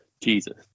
Jesus